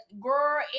girl